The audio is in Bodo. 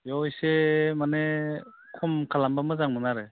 बेयाव एसे माने खम खालामब्ला मोजांमोन आरो